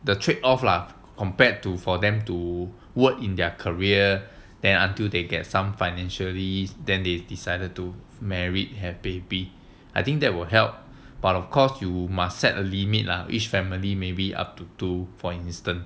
the trade off lah compared to for them to work in their career than until they get some financially than they decided to married have baby I think that will help but of course you must set a limit lah each family maybe up to two for instance